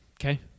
Okay